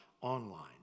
online